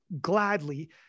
gladly